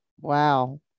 Wow